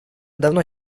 давно